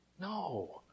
No